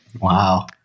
wow